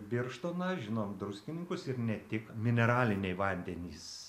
birštoną žinom druskininkus ir ne tik mineraliniai vandenys